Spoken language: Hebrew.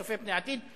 צופה פני עתיד,